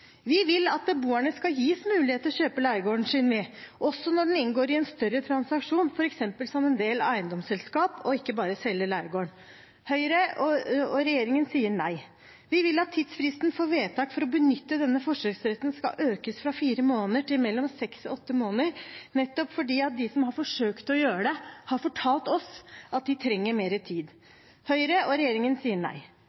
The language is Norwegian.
Vi vil at beboerne skal gis mulighet til å kjøpe leiegården sin, også når den inngår i en større transaksjon, f.eks. som en del av et eiendomsselskap, og ikke bare selge leiegården – Høyre og resten av regjeringen sier nei. Vi vil at tidsfristen for vedtak om å benytte denne forkjøpsretten skal økes fra fire måneder til mellom seks og åtte måneder, fordi de som har forsøkt å gjøre det, har fortalt oss at de trenger mer tid